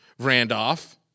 Randolph